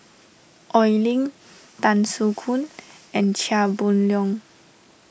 Oi Lin Tan Soo Khoon and Chia Boon Leong